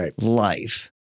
life